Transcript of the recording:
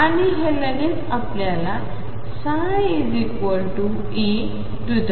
आणि हे लगेच आपल्याला ψeipx